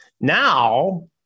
Now